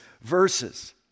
verses